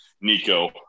Nico